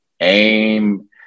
aim